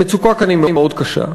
המצוקה כאן היא מאוד קשה.